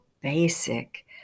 basic